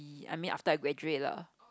I mean after I graduate lah